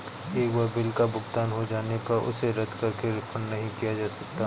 एक बार बिल का भुगतान हो जाने पर उसे रद्द करके रिफंड नहीं लिया जा सकता